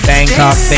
Bangkok